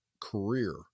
career